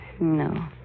No